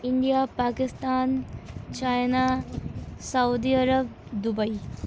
India Pakistan China Saudi Arab Dubai